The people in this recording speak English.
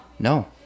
No